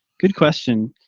good question,